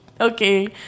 okay